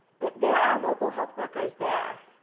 but there are local health workers there,